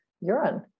urine